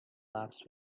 laughs